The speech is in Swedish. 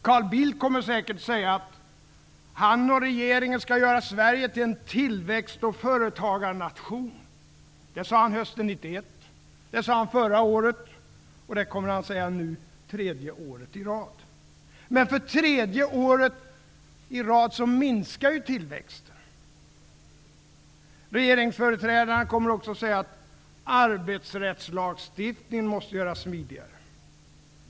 Carl Bildt kommer säkert att säga att han och regeringen skall göra Sverige till en tillväxt och företagarnation. Det sade han hösten 1991, det sade han förra hösten och det kommer han att säga nu för tredje året i rad. Men för tredje året i rad minskar tillväxten. Regeringsföreträdarna kommer också att säga att arbetsrättslagstiftningen måste göras smidigare.